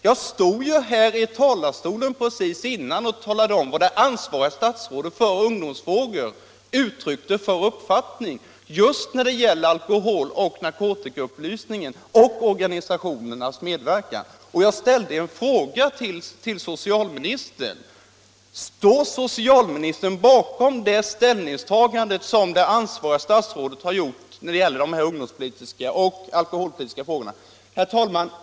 Jag stod nyss i talarstolen och talade om vad det för ungdomsfrågor ansvariga statsrådet uttryckte för uppfattning när det gällde alkoholoch narkotikaupplysningen och organisationernas medverkan. Så ställde jag frågan till socialministern: Står socialministern också bakom denna uppfattning? Herr talman!